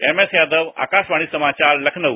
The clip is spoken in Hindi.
एमएस यादव आकारवाणी समाचार लखनऊ